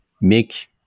make